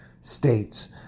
states